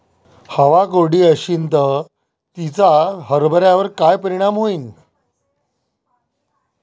हवा कोरडी अशीन त तिचा हरभऱ्यावर काय परिणाम होईन?